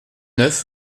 neuf